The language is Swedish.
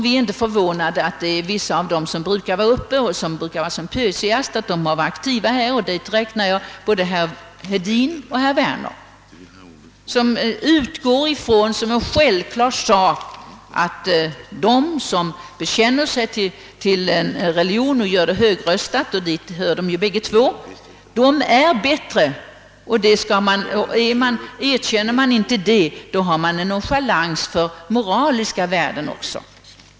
Vi är inte förvånade över att vissa av dem, som brukar uppträda i sådana här sammanhang och som brukar vara som pösigast, har varit aktiva också i denna debatt. Till dessa räknar jag både herr Hedin och herr Werner, som utgår från som en självklar sak, att de som bekänner sig till en religion och gör det högröstat — dit hör ju båda två — är bättre människor. Bekänner man sig inte till en kristen tro, så visar man nonchalans även för moraliska värden.